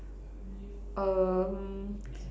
um